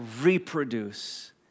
reproduce